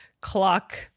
clock